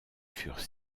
furent